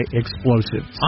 explosives